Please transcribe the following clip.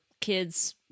kids